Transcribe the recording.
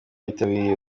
byitabiriye